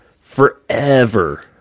forever